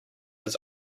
his